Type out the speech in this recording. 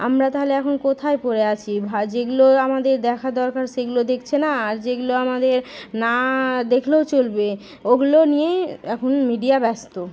আমরা তাহলে এখন কোথায় পড়ে আছি ভা যেগুলো আমাদের দেখার দরকার সেগুলো দেখছে না আর যেগুলো আমাদের না দেখলেও চলবে ওগুলো নিয়েই এখন মিডিয়া ব্যস্ত